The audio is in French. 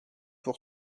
pour